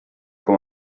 com